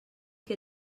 que